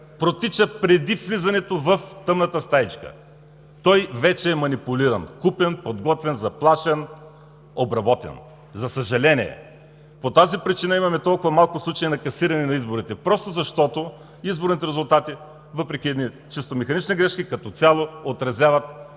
протичат преди влизането в тъмната стаичка – той вече е манипулиран, купен, подготвен, заплашен, обработен. За съжаление! По тази причина имаме толкова малко случаи на касиране на изборите. Просто защото изборните резултати, въпреки едни чисто механични грешки, като цяло отразяват